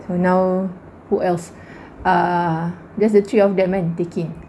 so now who else ah just the three of them kan taking